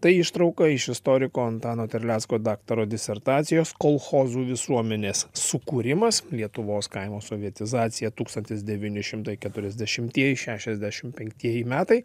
tai ištrauka iš istoriko antano terlecko daktaro disertacijos kolchozų visuomenės sukūrimas lietuvos kaimo sovietizacija tūkstantis devyni šimtai keturiasdešimtieji šešiasdešim penktieji metai